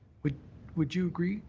would would you agree?